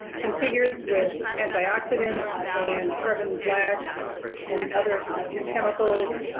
configured with antioxidants and carbon black and other chemicals.